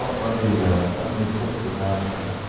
let me let me fix the mouse here